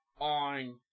on